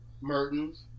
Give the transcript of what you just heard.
Mertens